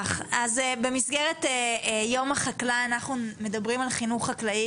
במסגרת יום החקלאי אנחנו מדברים על חינוך חקלאי,